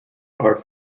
are